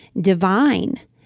divine